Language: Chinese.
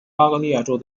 巴伐利亚州